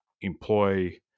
employ